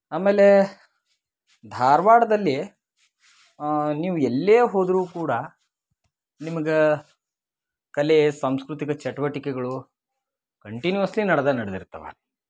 ಆಮೇಲೆ ಧಾರ್ವಾಡ್ದಲ್ಲಿ ನೀವು ಎಲ್ಲೇ ಹೋದರೂ ಕೂಡ ನಿಮ್ಗೆ ಕಲೆ ಸಾಂಸ್ಕೃತಿಕ ಚಟುವಟಿಕೆಗಳು ಕಂಟಿನ್ಯೂಸ್ಲಿ ನಡ್ದಾ ನಡ್ದಿರ್ತಾವ